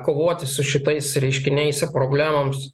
kovoti su šitais reiškiniais ir problemoms